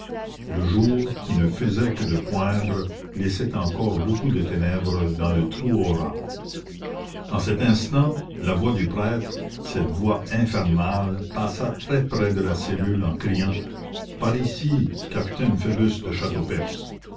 le jour qui ne faisait que de poindre laissait encore beaucoup de ténèbres dans le trou aux rats en cet instant la voix du prêtre cette voix infernale passa très près de la cellule en criant par ici capitaine phoebus de